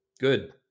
Good